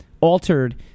altered